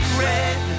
red